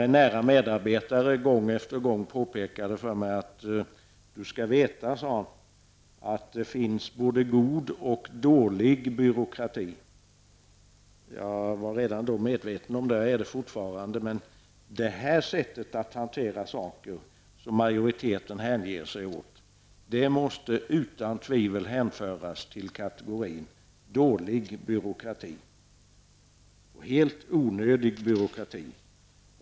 En nära medarbetare påpekade gång på gång för mig följande: Du skall veta att det finns både god och dålig byråkrati. Jag var redan då medveten om det och är det fortfarande. Men detta sätt att hantera saker och ting som majoriteten ägnar sig åt måste utan tvivel hänföras till kategorin dålig och helt onödig byråkrati.